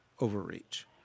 overreach